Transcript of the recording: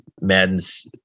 Madden's